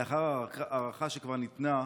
לאחר הערכה, שכבר ניתנה,